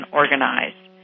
organized